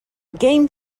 game